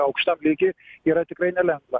aukštam lygy yra tikrai nelengva